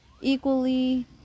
equally